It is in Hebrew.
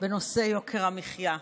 בנושא יוקר המחיה.